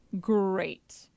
great